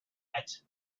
wales